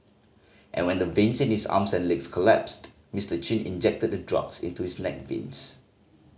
and when the veins in his arms and legs collapsed Mister Chin injected the drugs into his neck veins